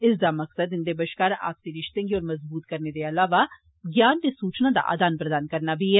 इस दा मकसद इन्दे बष्कार आपसी रिप्ते गी होर मजबूत करने दे अलावा ज्ञान ते सूचना दा आदान प्रदान करना बी ऐ